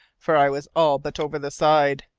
for i was all but over the side.